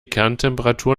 kerntemperatur